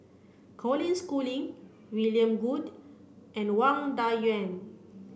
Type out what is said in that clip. Colin Schooling William Goode and Wang Dayuan